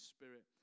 Spirit